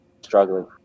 struggling